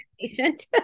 patient